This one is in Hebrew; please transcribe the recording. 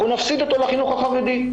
אנחנו נפסיד אותו לחינוך החרדי.